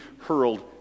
hurled